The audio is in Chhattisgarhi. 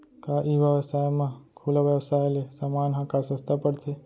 का ई व्यवसाय म खुला व्यवसाय ले समान ह का सस्ता पढ़थे?